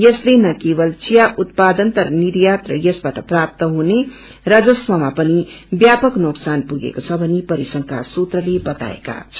यसले न केवल चिया उत्पादन तर निर्यात र यसबाट प्राप्त हुने राजस्वमा पनि व्यापक नोक्सान पुगेको छ भनी परिसंघका सुत्रले बताएको छन्